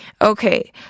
Okay